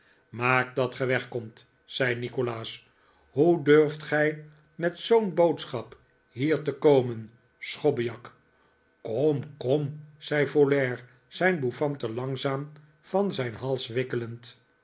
maak dat ge weg komt zei nikolaas hoe durft gij met zoo'n boodschap hier te iomen schobbejak kom kom zei folair zijn bouffante langzaam van zijn hals wikkelend